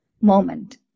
moment